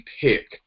pick